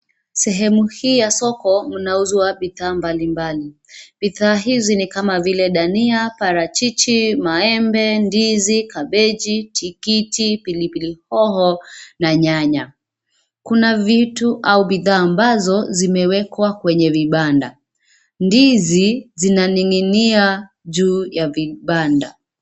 Sehemu hii ya soko mnauzwa bidhaa mbali mbali. Bidhaa hizi ni kama vile dhania, parachichi, maembe ndizi kabeji tikiti pilpili hoho na nyanya. Kuna vitu au bidhaa ambazo zimewekwa kwenye vibanda. Ndizi zinaninginia juu ya vibanda.